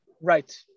Right